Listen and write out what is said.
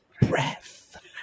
breath